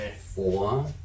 four